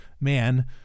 man